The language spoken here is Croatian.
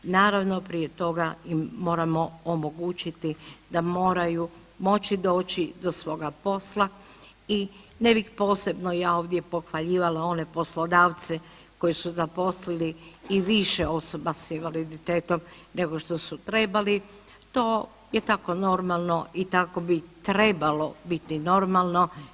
Naravno prije toga im moramo omogućiti da moraju moći doći do svoga posla i ne bih posebno ja ovdje pohvaljivala one poslodavce koji su zaposlili i više osoba s invaliditetom nego što su trebali, to je tako normalno i tako bi trebalo biti normalno.